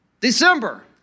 December